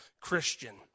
Christian